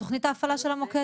תוכנית ההפעלה של המוקד.